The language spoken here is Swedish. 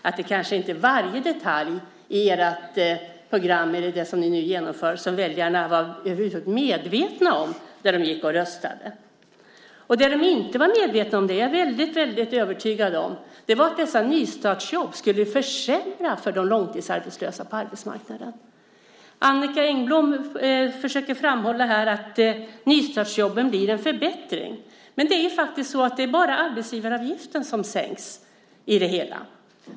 Det är kanske inte varje detalj i det program ni nu genomför som väljarna över huvud taget var medvetna om när de gick och röstade. Det de inte var medvetna om, är jag övertygad om, var att dessa nystartsjobb skulle försämra för de långtidsarbetslösa på arbetsmarknaden. Annicka Engblom försöker framhålla att nystartsjobben blir en förbättring. Men det är bara arbetsgivaravgiften som sänks i det hela.